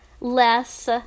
less